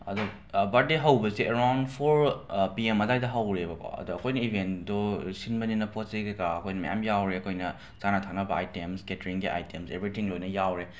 ꯑꯗꯣ ꯕꯔꯗꯦ ꯍꯧꯕꯁꯦ ꯑꯔꯥꯎꯟ ꯐꯣꯔ ꯄꯤ ꯑꯦꯝ ꯑꯗꯥꯏꯗ ꯍꯧꯔꯦꯕꯀꯣ ꯑꯗ ꯑꯩꯈꯣꯏꯅ ꯏꯕꯦꯟꯗꯣ ꯁꯤꯟꯕꯅꯤꯅ ꯄꯣꯠ ꯆꯩ ꯀꯩꯀꯥ ꯑꯩꯈꯣꯏꯅ ꯃꯌꯥꯝ ꯌꯥꯎꯔꯦ ꯑꯩꯈꯣꯏꯅ ꯆꯥꯅ ꯊꯛꯅꯕ ꯑꯥꯏꯇꯦꯝꯁ ꯀꯦꯇꯔꯤꯡꯒꯤ ꯑꯥꯏꯇꯦꯝꯁ ꯑꯦꯕ꯭ꯔꯤꯊꯤꯡ ꯂꯣꯏꯅ ꯌꯥꯎꯔꯦ